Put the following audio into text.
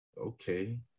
Okay